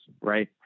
right